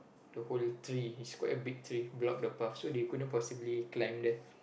the whole tree is quite a big tree block the path so they couldn't possibly climb there